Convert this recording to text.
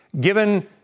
given